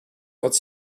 quand